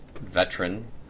veteran